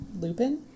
Lupin